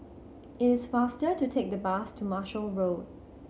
it is faster to take the bus to Marshall Road